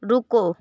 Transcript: रुको